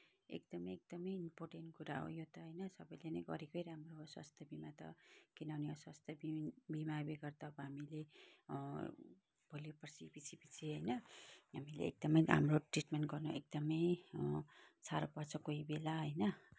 एकदमै एकदमै इम्पोर्टेन्ट कुरा हो यो त होइन सबैले नै गरेकै राम्रो हो स्वास्थ्य बिमा त किनभने स्वास्थ्य बिमा बेगर त हामीले भोलि पर्सी पछि पछि होइन हामीले एकदमै राम्रो ट्रिटमेन्ट गर्न एकदमै साह्रो पर्छ कोही बेला होइन